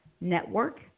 network